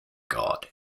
god